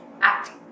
acting